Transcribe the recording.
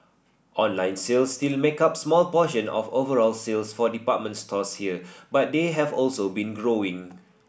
online sales still make up small proportion of overall sales for department stores here but they have also been growing